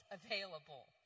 available